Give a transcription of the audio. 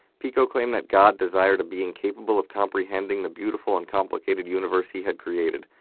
pico claimed that god desired a being capable of comprehending the beautiful and complicated universe he had created.